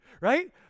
right